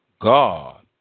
God